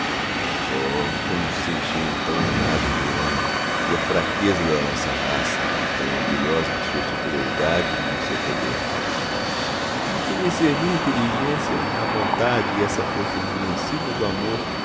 como sentia então o nada do homem e a fraqueza da nossa raça tão orgulhosa de sua superioridade e do seu poder de que me serviam a inteligência a vontade e essa força invencível do amor